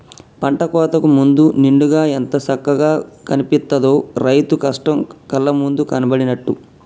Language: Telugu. పంట కోతకు ముందు నిండుగా ఎంత సక్కగా కనిపిత్తదో, రైతు కష్టం కళ్ళ ముందు కనబడినట్టు